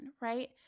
right